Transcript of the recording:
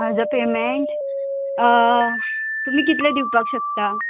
हाजो पेमेंट तुमी कितले दिवपाक शकता